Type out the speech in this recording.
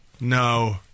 no